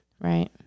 Right